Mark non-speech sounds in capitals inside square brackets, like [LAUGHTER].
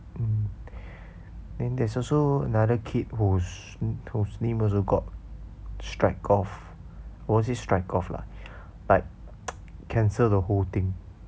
mm then there's also another kid who's who's name also got strike off won't say strike off lah but [NOISE] cancel the whole thing